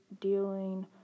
dealing